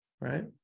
right